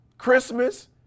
Christmas